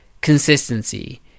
consistency